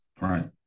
Right